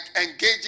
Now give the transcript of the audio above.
engaging